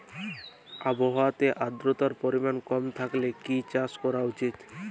আবহাওয়াতে আদ্রতার পরিমাণ কম থাকলে কি চাষ করা উচিৎ?